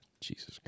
jesus